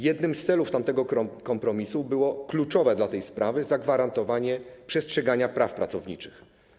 Jednym z celów tamtego kompromisu było kluczowe dla tej sprawy zagwarantowanie przestrzegania praw pracowniczych.